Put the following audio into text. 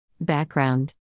Background